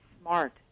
smart